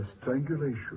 strangulation